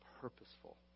purposeful